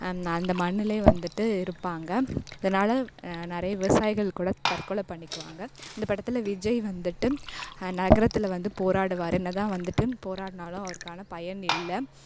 அந்த மண்ணுலேயே வந்துட்டு இருப்பாங்க இதனால் நிறைய விவசாயிகள் கூட தற்கொலை பண்ணிக்குவாங்க இந்த படத்தில் விஜய் வந்துட்டு நகரத்தில் வந்து போராடுவாருன்னுதான் வந்துட்டு போராடினாலும் அவருக்கான பயன் இல்லை